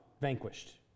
vanquished